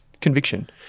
Conviction